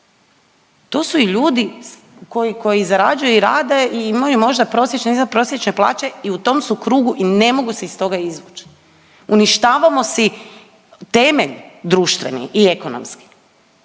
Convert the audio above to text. To su i ljudi koji, koji zarađuju i rade i imaju možda prosječne, iznadprosječne plaće i u tom su krugu i ne mogu se iz toga izvući. Uništavamo si temelj društveni i ekonomski,